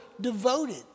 devoted